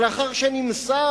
אבל לאחר שנמסר